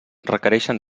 requereixen